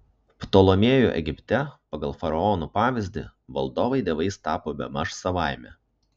ptolemėjų egipte pagal faraonų pavyzdį valdovai dievais tapo bemaž savaime